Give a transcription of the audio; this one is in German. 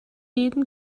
jeden